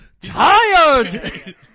tired